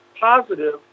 positive